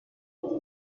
quatre